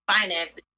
finances